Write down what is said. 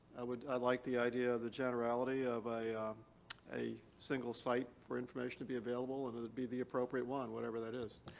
i like the idea of the generality of a a single site for information to be available and it would be the appropriate one, whatever that is.